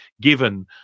given